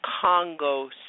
Congo